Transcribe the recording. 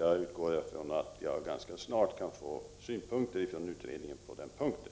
Jag utgår ifrån att jag ganska snart skall få synpunkter från utredningen på denna punkt.